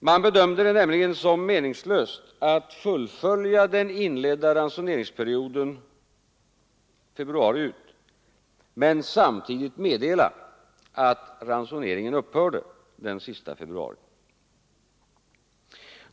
Man bedömde det som meningslöst att fullfölja den inledda ranso neringsperioden februari ut men samtidigt meddela att ransoneringen upphörde den sista februari.